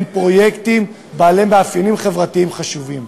פרויקטים בעלי מאפיינים חברתיים חשובים.